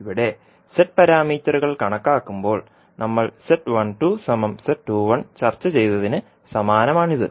ഇവിടെ Z പാരാമീറ്ററുകൾ കണക്കാക്കുമ്പോൾ നമ്മൾ ചർച്ച ചെയ്തതിന് സമാനമാണിത്